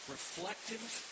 Reflective